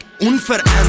unverändert